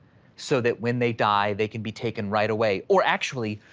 so that when they die, they can be taken right away or actually,